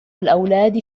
الأولاد